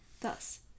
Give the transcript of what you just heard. Thus